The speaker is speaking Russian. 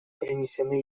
принесены